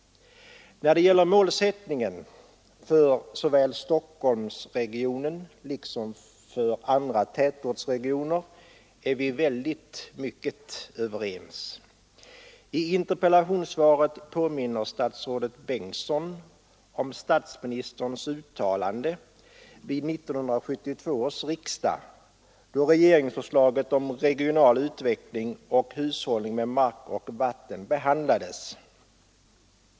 När det gäller målsättningen för såväl Stockholmsregionen som andra tätortsregioner är vi i mycket hög grad överens. I interpellationssvaret påminner statsrådet Bengtsson om statsministerns uttalande vid 1972 års riksdag, då regeringsförslaget om regional utveckling och hushållning med mark och vatten behandlades.